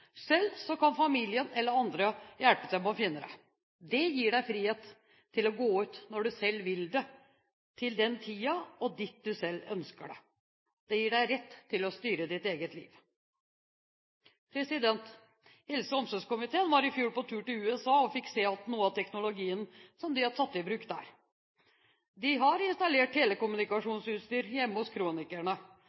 selv, kan familien eller andre hjelpe til med å finne en. Det gir frihet til å gå ut når man selv vil, til den tiden en vil, og dit en selv ønsker. Det gir en rett til å styre sitt eget liv. Helse- og omsorgskomiteen var i fjor på tur til USA og fikk se noe av teknologien som de har tatt i bruk der. De hadde installert telekommunikasjonsutstyr hjemme hos kronikerne.